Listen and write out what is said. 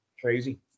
Crazy